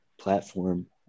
platform